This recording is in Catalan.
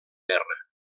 guerra